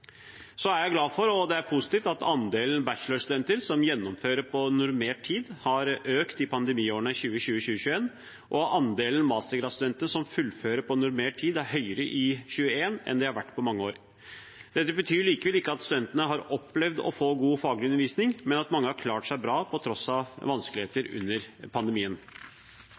Så er jeg glad for – og det er positivt – at andelen bachelorstudenter som gjennomfører på normert tid, har økt i pandemiårene 2020 og 2021, og at andelen mastergradsstudenter som fullfører på normert tid, er høyere i 2021 enn det har vært på mange år. Dette betyr likevel ikke at studentene har opplevd å få god faglig undervisning, men at mange har klart seg bra på tross av vanskelighetene under pandemien.